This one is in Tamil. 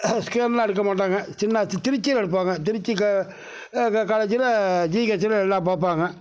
ஸ்கேனெலாம் எடுக்க மாட்டாங்க சின்ன திருச்சியில் எடுப்பாங்க திருச்சி காலேஜ்ஜில் ஜிஹச்சில் எல்லாம் பார்ப்பாங்க